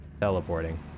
teleporting